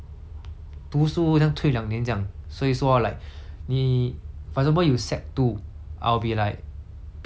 你 for example you sec two I'll be like P six or some sort so I lag two years behind